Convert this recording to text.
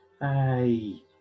Hey